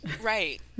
Right